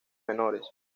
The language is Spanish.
menores